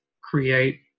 create